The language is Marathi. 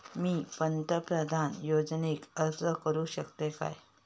मी पंतप्रधान योजनेक अर्ज करू शकतय काय?